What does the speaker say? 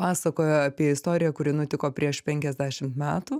pasakojo apie istoriją kuri nutiko prieš penkiasdešimt metų